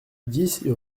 dix